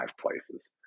places